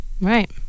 Right